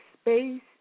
space